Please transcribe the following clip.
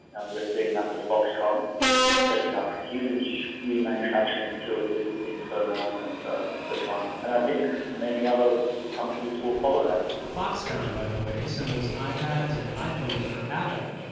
and we're seeing that with foxconn, which is setting up huge, new manufacturing facilities in henan and sichuan, and i think many other companies will follow that foxconn, by the way, assembles ipads and iphones for apple.